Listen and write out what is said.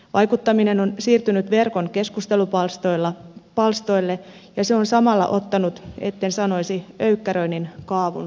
vaikuttaminen on siirtynyt verkon keskustelupalstoille ja se on samalla ottanut etten sanoisi öykkäröinnin kaavun päälleen